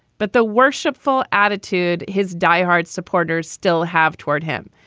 but the worshipful attitude his diehard supporters still have toward him.